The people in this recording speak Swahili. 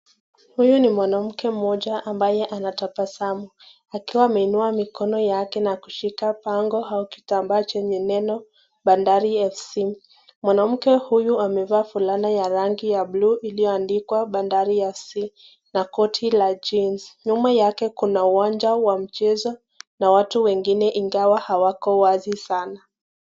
Huyu ni mwanamke mmoja ambaye anatabasamu akiwa ameinua mikono yake na kushika bango au kitambaa chenye neno Bandari fc. Mwanamke huyu amevaa fulana ya rangi blue iliyoandikwa bBandari fc na koti la jeans . Nyuma yake kuna uwanja wa mchezo na watu wengine ingawa hawako wazi sana.